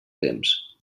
temps